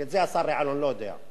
ואת זה השר יעלון לא יודע.